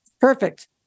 Perfect